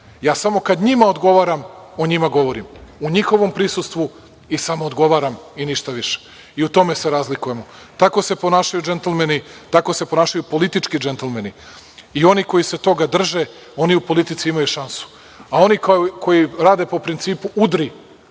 Ja samo kad njima odgovaram o njima govorim u njihovom prisustvu i samo odgovaram i ništa više i u tome se razlikujem. Tako se ponašaju džentlmeni, tako se ponašaju politički džentlmeni. I oni koji se toga drže, oni u politici imaju šansu, a oni koji rade po principu – udri